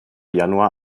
januar